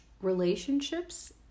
relationships